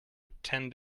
attend